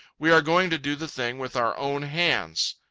we are going to do the thing with our own hands.